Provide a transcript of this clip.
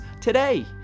today